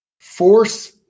force